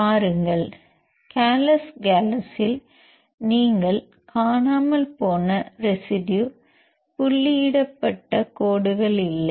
பாருங்கள் காலஸ் காலஸில் நீங்கள் காணாமல் போன ரெசிடுயு புள்ளியிடப்பட்ட கோடுகள் இல்லை